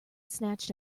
snatched